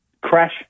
crash